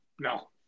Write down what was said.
No